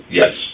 yes